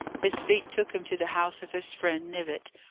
his feet took him to the house of his friend, knivett,